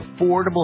affordable